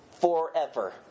Forever